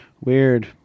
Weird